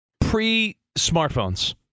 pre-smartphones